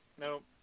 nope